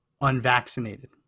unvaccinated